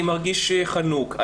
הוא מרגיש חנוק,